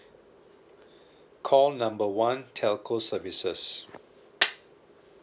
call number one telco services